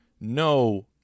no